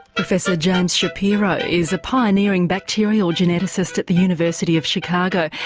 professor james shapiro is a pioneering bacterial geneticist at the university of chicago.